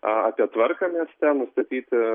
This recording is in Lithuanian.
apie tvarką mieste nustatyti